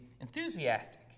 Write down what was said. enthusiastic